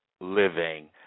living